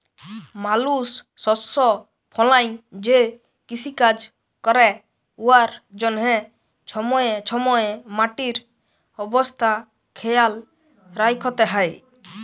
মালুস শস্য ফলাঁয় যে কিষিকাজ ক্যরে উয়ার জ্যনহে ছময়ে ছময়ে মাটির অবস্থা খেয়াল রাইখতে হ্যয়